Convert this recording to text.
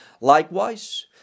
Likewise